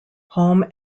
home